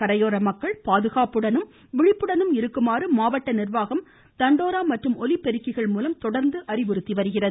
கரையோர மக்கள் பாதுகாப்புடனும் விழிப்புடனும் இருக்குமாறு மாவட்ட நிர்வாகம் தண்டோரா மற்றும் ஒலிப்பெருக்கிகள் மூலம் தொடர்ந்து அறிவுறுத்தி வருகிறது